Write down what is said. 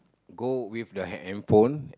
go with the hand hand phone